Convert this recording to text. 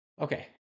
Okay